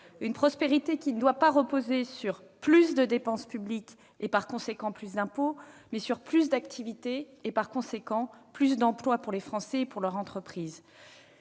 une prospérité qui doit reposer non pas sur plus de dépense publique et, par conséquent, plus d'impôts, mais sur plus d'activité et, par conséquent, plus d'emplois pour les Français et pour leur entreprise.